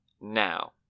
now